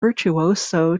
virtuoso